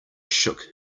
shook